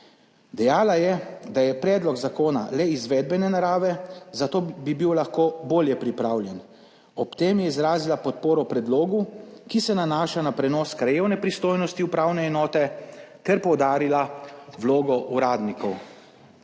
Dejala je, da je predlog zakona le izvedbene narave, zato bi bil lahko bolje pripravljen. Ob tem je izrazila podporo predlogu, ki se nanaša na prenos krajevne pristojnosti upravne enote ter poudarila vlogo uradnikov.